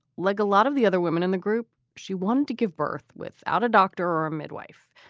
like a lot of the other women in the group, she wanted to give birth without a doctor or a midwife.